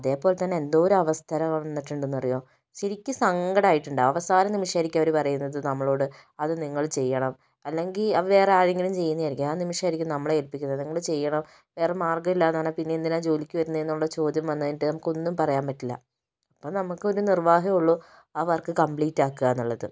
അതേപോലെ തന്നെ എന്തോരം അവസ്ഥകൾ വന്നിട്ടുണ്ടെന്നറിയുമോ ശരിക്കും സങ്കടമായിട്ടുണ്ട് അവസാന നിമിഷമായിരിക്കും അവർ പറയുന്നത് നമ്മളോട് അത് നിങ്ങൾ ചെയ്യണം അല്ലെങ്കിൽ വേറെ ആരെങ്കിലും ചെയ്യുന്നതായിരിക്കും ആ നിമിഷമായിരിക്കും നമ്മളെ ഏൽപ്പിക്കുന്നത് നിങ്ങൾ ചെയ്യണം വേറെ മാർഗ്ഗമില്ലയെന്ന് പറഞ്ഞാൽ പിന്നെ എന്തിനാ ജോലിക്ക് വരുന്നതെന്നുള്ള ചോദ്യം വന്ന് കഴിഞ്ഞിട്ട് നമുക്കൊന്നും പറയാൻ പറ്റില്ല അപ്പം നമുക്ക് ഒരു നിർവാഹമേ ഉള്ളു ആ വർക്ക് കമ്പ്ലീറ്റാക്കുകയെന്നുള്ളത്